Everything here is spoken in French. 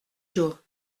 jours